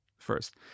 first